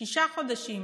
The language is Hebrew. שישה חודשים